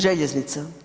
Željeznica.